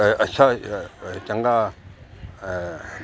ਅੱਛਾ ਚੰਗਾ